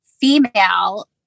female